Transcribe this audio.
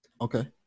Okay